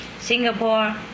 Singapore